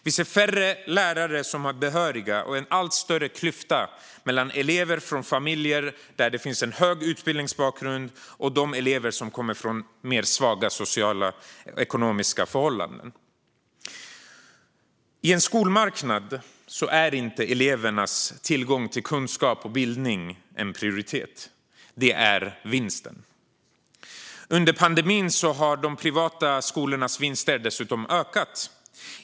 Vi ser färre lärare som är behöriga och en allt större klyfta mellan elever från familjer där det finns en hög utbildning och elever som kommer från mer svaga socioekonomiska förhållanden. I en skolmarknad är inte elevernas tillgång till kunskap och bildning en prioritet. Det är vinsten som är det. Under pandemin har de privata skolornas vinster dessutom ökat.